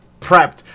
prepped